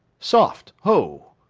soft, ho!